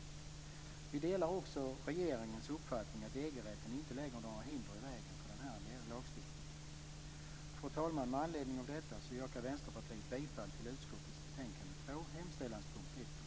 Vi delar också regeringens uppfattning att EG rätten inte lägger några hinder i vägen för denna lagstiftning. Fru talman! Med anledning av detta yrkar Vänsterpartiet bifall till utskottets hemställan, hemställanspunkterna 1 och 2.